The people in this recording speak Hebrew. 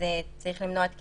צריך למנוע את כניסתו.